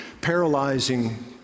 paralyzing